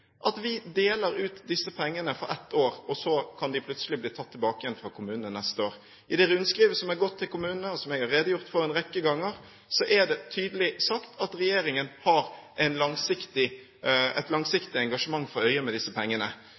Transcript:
vi deler ut disse pengene for ett år, og så kan de plutselig bli tatt tilbake igjen fra kommunene neste år. I det rundskrivet som er gått til kommunene, og som jeg har redegjort for en rekke ganger, er det tydelig sagt at regjeringen har et langsiktig engasjement for øye med disse pengene,